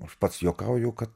aš pats juokauju kad